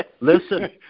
Listen